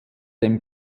dem